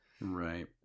right